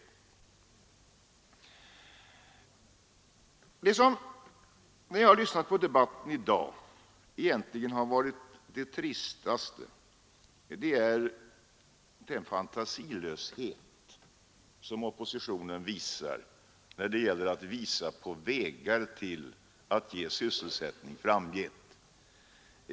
Det som jag när jag lyssnat på debatten i dag egentligen har upplevt som det tristaste är den fantasilöshet som oppositionen visar när det gäller att anvisa vägar till att ge sysselsättning framgent.